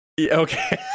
Okay